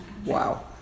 Wow